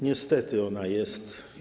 Niestety ona jest.